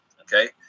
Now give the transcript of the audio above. Okay